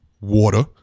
water